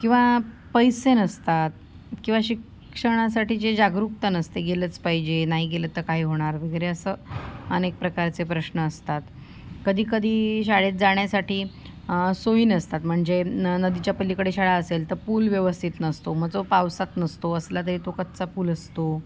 किंवा पैसे नसतात किंवा शिक्षणासाठी जे जागरूकता नसते गेलंच पाहिजे नाही गेलं तर काय होणार वगैरे असं अनेक प्रकारचे प्रश्न असतात कधी कधी शाळेत जाण्यासाठी सोयी नसतात म्हणजे न नदीच्या पलिकडे शाळा असेल तर पूल व्यवस्तित नसतो मग तो पावसात नसतो असला तरी तो कच्चा पूल असतो